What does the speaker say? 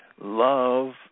love